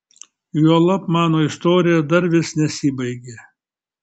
juolab mano istorija dar vis nesibaigė